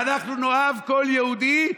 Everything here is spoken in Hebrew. ואנחנו נאהב כל יהודי,